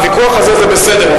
הוויכוח הזה זה בסדר,